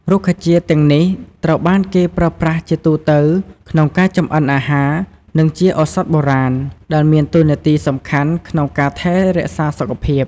រុក្ខជាតិ ទាំងនេះ ត្រូវបានគេប្រើប្រាស់ជាទូទៅក្នុងការចម្អិនអាហារ និងជាឱសថបុរាណ ដែលមានតួនាទីសំខាន់ក្នុងការថែរក្សាសុខភាព។